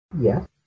Yes